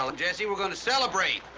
um jesse, we're gonna celebrate.